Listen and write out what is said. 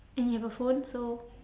and you have a phone so